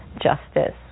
justice